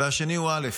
והשני הוא א'.